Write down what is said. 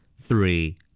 three